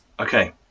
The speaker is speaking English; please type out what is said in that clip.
Okay